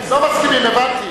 לא מסכימים, הבנתי.